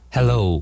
Hello